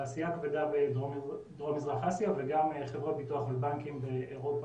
תעשיה כבדה בדרום מזרח אסיה וגם חברות ביטוח ובנקים באירופה,